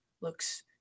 looks